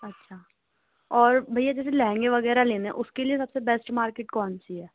اچھا اور بھیا جیسے لہنگے وغیرہ لینے ہیں اس کے لیے سب سے بیسٹ مارکیٹ کون سی ہے